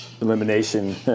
Elimination